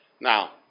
Now